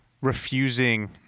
refusing